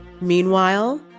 Meanwhile